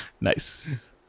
Nice